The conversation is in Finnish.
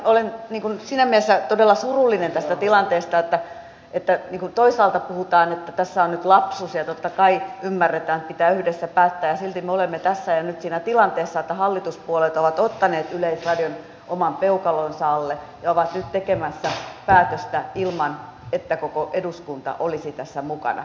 olen siinä mielessä todella surullinen tästä tilanteesta kun toisaalta puhutaan että tässä on nyt lapsus ja totta kai ymmärretään että pitää yhdessä päättää ja silti me olemme tässä ja nyt siinä tilanteessa että hallituspuolueet ovat ottaneet yleisradion oman peukalonsa alle ja ovat nyt tekemässä päätöstä ilman että koko eduskunta olisi tässä mukana